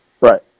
Right